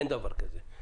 אין דבר כזה.